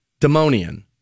Demonian